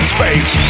Space